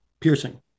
piercing